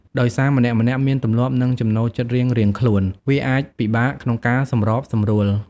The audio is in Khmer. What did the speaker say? ដោយសារម្នាក់ៗមានទម្លាប់ និងចំណូលចិត្តរៀងៗខ្លួន វាអាចពិបាកក្នុងការសម្របសម្រួល។